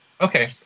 okay